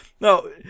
no